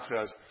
says